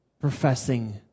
professing